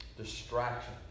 Distraction